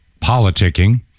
politicking